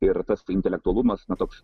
ir tas intelektualumas na toks